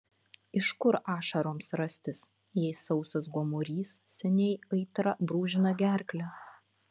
iš kur ašaroms rastis jei sausas gomurys seniai aitra brūžina gerklę